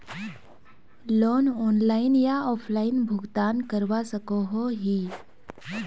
Loan online या offline भुगतान करवा सकोहो ही?